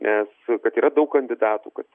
nes kad yra daug kandidatų kad